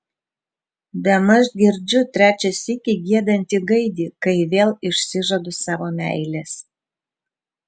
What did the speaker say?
bemaž girdžiu trečią sykį giedantį gaidį kai vėl išsižadu savo meilės